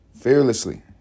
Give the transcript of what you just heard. fearlessly